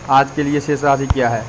आज के लिए शेष राशि क्या है?